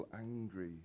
angry